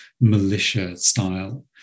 militia-style